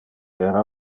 era